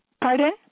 Pardon